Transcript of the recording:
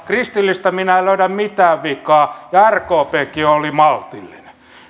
kristillisistä minä en löydä mitään vikaa ja rkpkin oli maltillinen